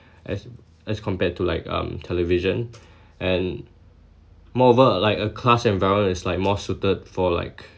as as compared to like um television and moreover like a class environment is like more suited for like